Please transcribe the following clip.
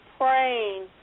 praying